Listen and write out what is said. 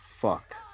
fuck